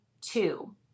Two